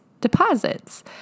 deposits